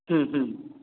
हूँ हूँ